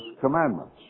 commandments